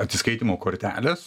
atsiskaitymo kortelės